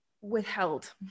withheld